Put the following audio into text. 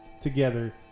together